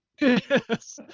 Yes